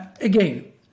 again